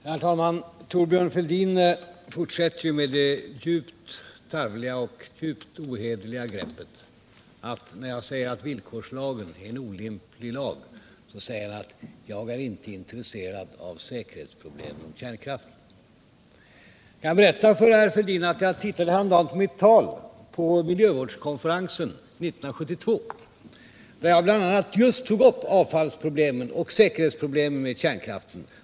Herr talman! Thorbjörn Fälldin fortsätter med det tarvliga och djupt ohederliga greppet att när jag säger att villkorslagen är en olämplig lag, så säger han att jag inte är intresserad av säkerhetsproblemen kring kärnkraften. Jag kan berätta för herr Fälldin att jag tittade häromdagen på mitt tal vid miljövårdskonferensen 1972, där jag bl.a. just tog upp avfallsproblemen och säkerhetsproblemen med kärnkraften.